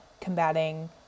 combating